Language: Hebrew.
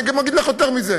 אני גם אגיד לך יותר מזה: